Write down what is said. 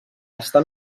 està